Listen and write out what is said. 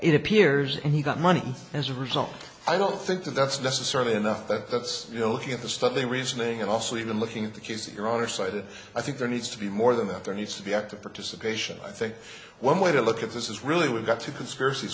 it appears and he got money as a result i don't think that that's necessarily enough that that's you know looking at the stuff they reasoning and also even looking at the kids your honor cited i think there needs to be more than that there needs to be active participation i think one way to look at this is really we've got to conspirac